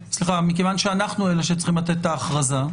מכיוון שאנחנו אלה שצריכים לתת את ההכרזה,